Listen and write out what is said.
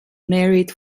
married